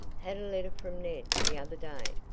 had a letter from ned the other day,